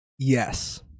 Yes